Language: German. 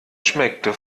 schmeckte